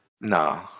No